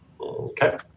Okay